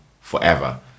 forever